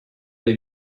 dei